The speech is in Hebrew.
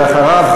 ואחריו,